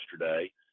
yesterday